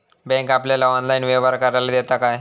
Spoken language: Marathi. बँक आपल्याला ऑनलाइन व्यवहार करायला देता काय?